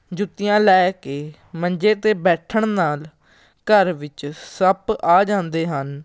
ਜੁੱਤੀਆਂ ਲੈ ਕੇ ਮੰਜੇ 'ਤੇ ਬੈਠਣ ਨਾਲ ਘਰ ਵਿੱਚ ਸੱਪ ਆ ਜਾਂਦੇ ਹਨ